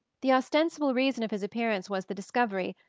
the ostensible reason of his appearance was the discovery,